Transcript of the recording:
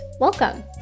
welcome